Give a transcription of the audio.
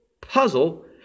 puzzle